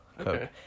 Okay